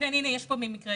היא במקום